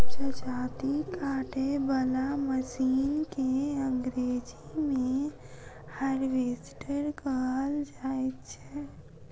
जजाती काटय बला मशीन के अंग्रेजी मे हार्वेस्टर कहल जाइत छै